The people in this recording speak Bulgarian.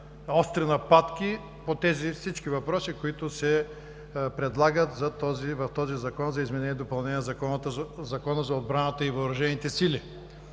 остри нападки по тези всички въпроси, които се предлагат в този Закон за изменение и допълнение на Закона за отбраната и въоръжените сили.